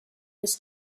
his